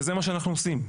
וזה מה שאנחנו עושים.